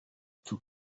two